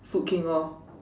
food king lor